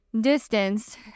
distance